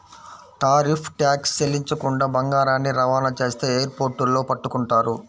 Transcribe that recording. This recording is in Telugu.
టారిఫ్ ట్యాక్స్ చెల్లించకుండా బంగారాన్ని రవాణా చేస్తే ఎయిర్ పోర్టుల్లో పట్టుకుంటారు